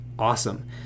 awesome